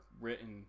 written